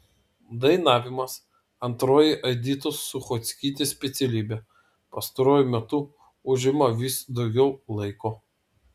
dainavimas antroji editos suchockytės specialybė pastaruoju metu užima vis daugiau laiko